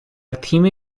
تیم